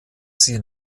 sie